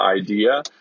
idea